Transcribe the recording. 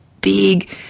big